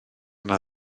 yna